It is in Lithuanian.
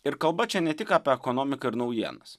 ir kalba čia ne tik apie ekonomiką ir naujienas